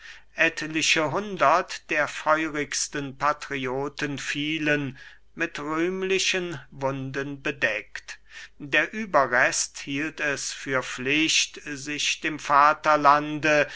etliche hundert der feurigsten patrioten fielen mit rühmlichen wunden bedeckt der überrest hielt es für pflicht sich dem vaterlande